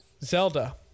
Zelda